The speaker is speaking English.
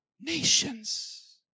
Nations